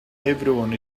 everyone